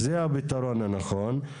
זה הפתרון הנכון.